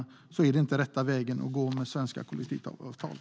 I så fall är svenska kollektivavtal inte den rätta vägen att gå.